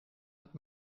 hat